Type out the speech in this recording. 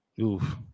Oof